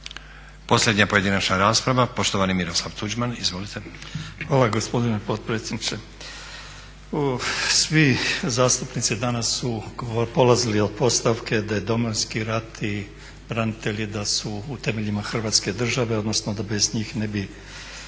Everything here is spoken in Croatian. Posljednja pojedinačna rasprava, poštovani Miroslav Tuđman, izvolite. **Tuđman, Miroslav (HDZ)** Hvala gospodine potpredsjedniče. Svi zastupnici danas su polazili od postavke da je Domovinski rat i branitelji da su u temeljima Hrvatske države odnosno da bez njih ne bi